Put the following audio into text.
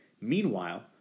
Meanwhile